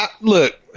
look